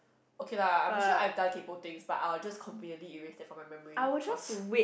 okay lah I'm sure I done kepok things but I was just copy only it was in my memories cause